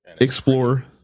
Explore